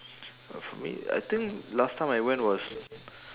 uh for me I think last time I went was